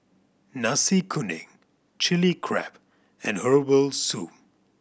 Nasi Kuning Chilli Crab and herbal soup